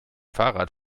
fahrrad